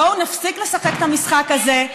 בואו נפסיק לשחק את המשחק הזה,